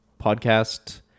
podcast